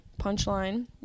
punchline